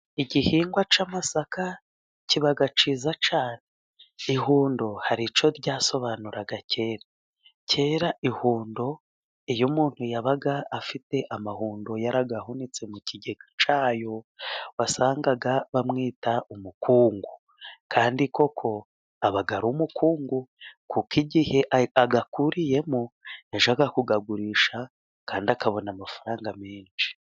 Igihingwa cy'amasaka kiba kiza cyane, ihundo hari icyo ryasobanuraga kera. Kera ihundo iyo umuntu yabaga afite amahundo yarayahunitse mu kigega cyayo wasangaga bamwita umukungu kandi koko aba ari umukungu, kuko igihe ayakuriyemo yashakaga kuyagurisha kandi akabona amafaranga menshi.